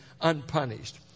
unpunished